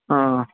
ആ ആ